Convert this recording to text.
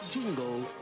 Jingle